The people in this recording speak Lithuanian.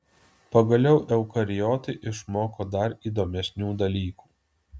pagaliau eukariotai išmoko dar įdomesnių dalykų